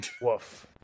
Woof